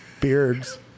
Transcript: beards